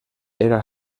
era